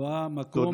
רואה מקום,